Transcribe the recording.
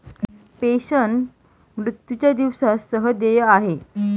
pension, मृत्यूच्या दिवसा सह देय आहे